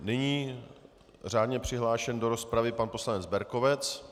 Nyní řádně přihlášen do rozpravy pan poslanec Berkovec.